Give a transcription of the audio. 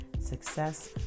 success